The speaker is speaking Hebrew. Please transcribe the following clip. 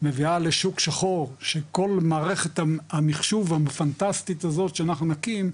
מביאה לשוק שחור שכל מערכת המחשוב הפנטסטית הזאת שאנחנו נקים,